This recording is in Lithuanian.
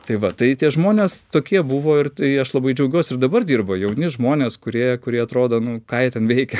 tai va tai tie žmonės tokie buvo ir tai aš labai džiaugiuosi ir dabar dirba jauni žmonės kurie kurie atrodo nu ką jie ten veikia